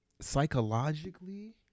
psychologically